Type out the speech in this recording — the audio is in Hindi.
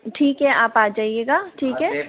ठीक है आप आ जाइएगा ठीक है